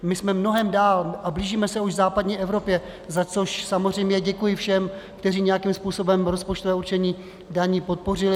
My jsme mnohem dál a blížíme se už západní Evropě, za což samozřejmě děkuji všem, kteří nějakým způsobem rozpočtové určení daní podpořili.